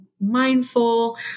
mindful